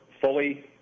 fully